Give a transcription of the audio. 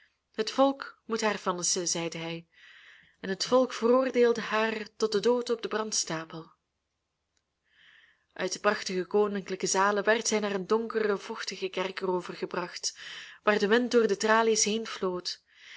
het volk moet haar vonnissen zeide hij en het volk veroordeelde haar tot den dood op den brandstapel uit de prachtige koninklijke zalen werd zij naar een donkeren vochtigen kerker overgebracht waar de wind door de tralies